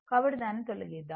కాబట్టి దాన్ని తొలిగిద్దాం